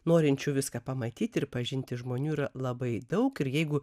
norinčių viską pamatyti ir pažinti žmonių yra labai daug ir jeigu